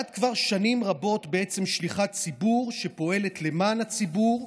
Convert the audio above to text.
את כבר שנים רבות בעצם שליחת ציבור שפועלת למען הציבור,